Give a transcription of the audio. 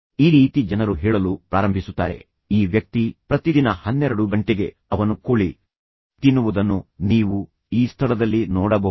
ಈ ರೀತಿ ಜನರು ಹೇಳಲು ಪ್ರಾರಂಭಿಸುತ್ತಾರೆ ಈ ವ್ಯಕ್ತಿ ಪ್ರತಿದಿನ 12 ಗಂಟೆಗೆ ಅವನು ಕೋಳಿ ತಿನ್ನುವುದನ್ನು ನೀವು ಈ ಸ್ಥಳದಲ್ಲಿ ನೋಡಬಹುದು